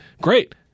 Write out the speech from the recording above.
great